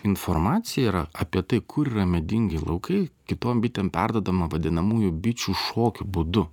informacija yra apie tai kur yra medingi laukai kitom bitėm perduodama vadinamųjų bičių šokių būdu